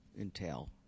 entail